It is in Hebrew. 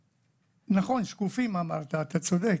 נכון, שקופים אמרת, אתה צודק,